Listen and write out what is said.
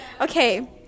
okay